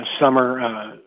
summer